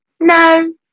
No